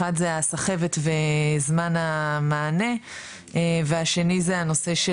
אחד זה הסחבת וזמן המענה והשני זה הנושא של